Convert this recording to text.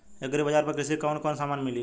Agri बाजार पर कृषि के कवन कवन समान मिली?